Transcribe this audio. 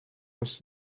was